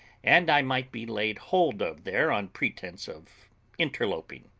and i may be laid hold of there on pretence of interloping.